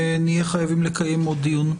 נהיה חייבים לקיים עוד דיון.